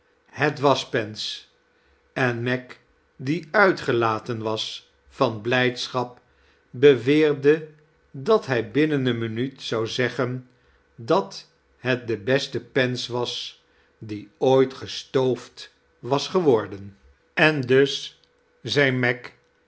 het was pens en meg die uitgelaten was van blijdschap beweerde dat hij binnen een minuut zou zeggen dat het de beste pens was die ooit gestoofd was geworden kerstvertellingen en dus zei meg